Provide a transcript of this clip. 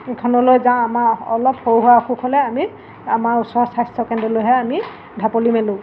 সেইখনলৈ যাওঁ আমাৰ অলপ সৰু সুৰা অসুখ হ'লে আমি আমাৰ ওচৰৰ স্বাস্থ্যকেন্দ্ৰলৈহে আমি ঢাপলি মেলোঁ